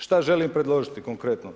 Šta želim predložiti konkretno?